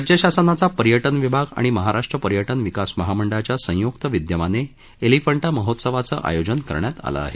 राज्य शासनाचा पर्यटन विभाग आणि महाराष्ट्र पर्यटन विकास महामंडळाच्या संयक्त विदयमाने एलिफंटा महोत्सवाचं आयोजन करण्यात आलं आहे